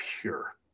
pure